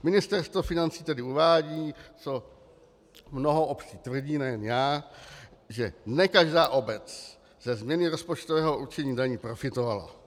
Ministerstvo financí tedy uvádí, co mnoho obcí tvrdí, nejen já, že ne každá obec ze změny rozpočtového určení daní profitovala.